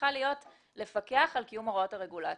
צריכה לפקח על קיום הוראות הרגולציה.